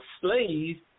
slaves